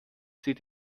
sie